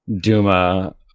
Duma